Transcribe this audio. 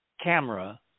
camera